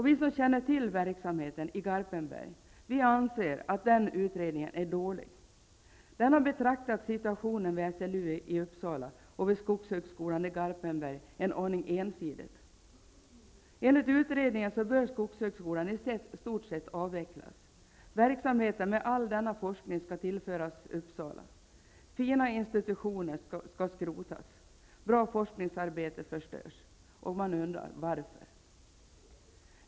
Vi som känner till verksamheten i Garpenberg anser att den utredningen är dålig. Den har sett en aning ensidigt på situationen vid Enligt utredningen bör skogshögskolan i stort sett avvecklas. Verksamheten med all denna forskning skall tillföras Uppsala. Fina institutioner skall skrotas, bra forskningsarbete förstöras! Man undrar: Varför?